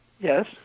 Yes